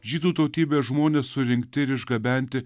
žydų tautybės žmonės surinkti ir išgabenti